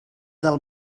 del